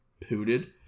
pooted